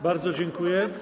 Bardzo dziękuję.